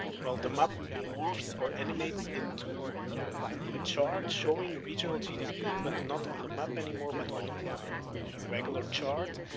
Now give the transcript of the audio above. well the map morphs or animates into a chart showing regional gdp but not on the map anymore but on um um a regular chart,